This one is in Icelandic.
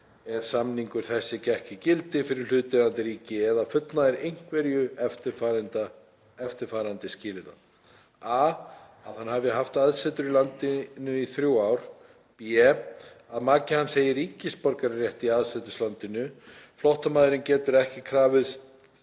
er samningur þessi gekk í gildi fyrir hlutaðeigandi ríki, eða fullnægir einhverju eftirfarandi skilyrða: a) Að hann hafi haft aðsetur í landinu í þrjú ár; b) Að maki hans eigi ríkisborgararétt í aðseturslandinu. Flóttamaður getur ekki krafizt